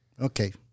Okay